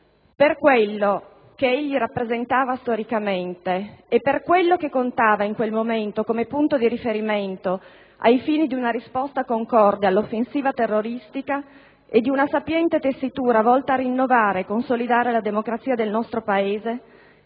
Per quello che egli rappresentava storicamente e per quello che contava in quel momento come punto di riferimento ai fini di una risposta concorde all'offensiva terroristica e di una sapiente tessitura, volta a rinnovare e consolidare la democrazia del nostro Paese,